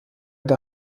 der